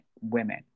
women